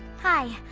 hi.